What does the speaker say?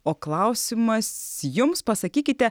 o klausimas jums pasakykite